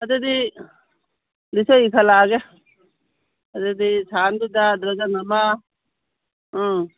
ꯑꯗꯨꯗꯤ ꯂꯤꯁꯇ ꯏꯈꯠꯂꯛꯂꯒꯦ ꯑꯗꯨꯗꯤ ꯁꯥꯜꯗꯨꯗ ꯗꯔꯖꯟ ꯑꯃ ꯎꯝ